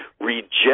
reject